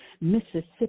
Mississippi